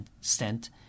stent